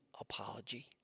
apology